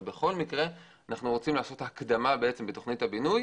אבל בכל מקרה אנחנו רוצים לעשות הקדמה בתוכנית הבינוי